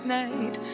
night